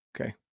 Okay